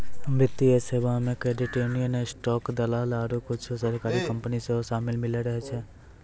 वित्तीय सेबा मे क्रेडिट यूनियन, स्टॉक दलाल आरु कुछु सरकारी कंपनी सेहो शामिल रहै छै